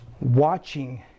watching